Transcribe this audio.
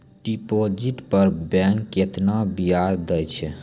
Deposit पर bank केतना ब्याज दै छै?